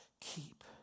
keep